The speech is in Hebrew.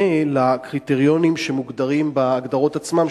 על הקריטריונים שמוגדרים בהגדרות עצמן,